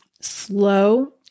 slow